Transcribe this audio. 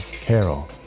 Carol